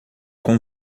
com